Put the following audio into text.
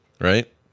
right